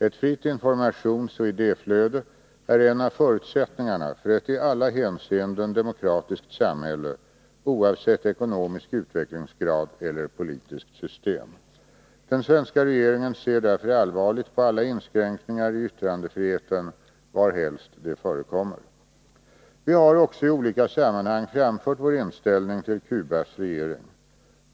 Ett fritt informationsoch idéflöde är en av förutsättningarna för ett i alla hänseenden demokratiskt samhälle, oavsett ekonomisk utvecklingsgrad eller politiskt system. Den svenska regeringen ser därför allvarligt på alla inskränkningar i yttrandefriheten varhelst de förekommer. Vi har också i olika sammanhang framfört vår inställning till Cubas regering.